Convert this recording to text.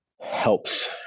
helps